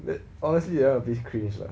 wait obviously that one a bit craze lah